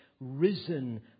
risen